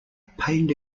pained